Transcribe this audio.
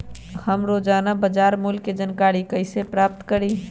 हम रोजाना बाजार मूल्य के जानकारी कईसे पता करी?